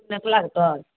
चटियारपर